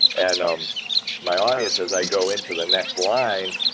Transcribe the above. and um my audience, as i go into the next line,